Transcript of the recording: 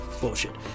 Bullshit